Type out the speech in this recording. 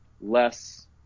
less